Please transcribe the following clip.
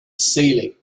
seely